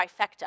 trifecta